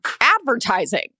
advertising